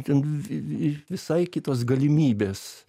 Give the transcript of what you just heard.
ten visai kitos galimybės